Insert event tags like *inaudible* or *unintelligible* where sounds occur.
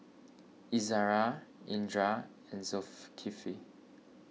Izzara Indra and *unintelligible*